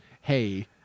hey